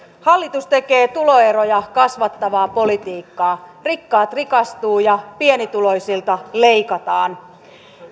hallitus tekee tuloeroja kasvattavaa politiikkaa rikkaat rikastuvat ja pienituloisilta leikataan